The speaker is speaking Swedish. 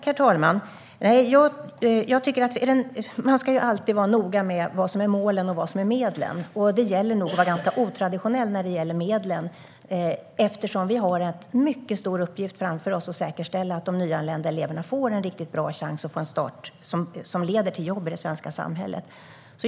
Herr talman! Man ska alltid vara noga med vad som är målen och vad som är medlen. Det gäller nog att vara ganska otraditionell när det gäller medlen, eftersom vi har en mycket stor uppgift, framför allt när det gäller att säkerställa att de nyanlända eleverna får en riktigt bra chans till en start som leder till jobb i det svenska samhället.